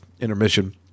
intermission